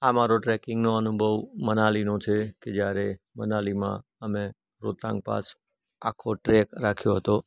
આ મારો ટ્રેકીંગનો અનુભવ મનાલીનો છે કે જ્યારે મનાલીમાં અમે રોહતાંગ પાસ આખો ટ્રેક રાખ્યો હતો